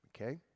Okay